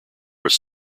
was